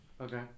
Okay